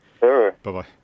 Bye-bye